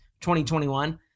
2021